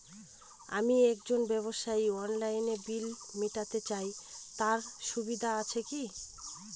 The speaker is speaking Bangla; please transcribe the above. আমি একজন ব্যবসায়ী অনলাইনে বিল মিটাতে চাই তার সুবিধা আছে কি?